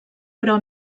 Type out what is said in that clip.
però